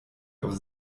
auf